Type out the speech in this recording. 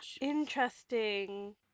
Interesting